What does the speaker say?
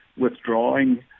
withdrawing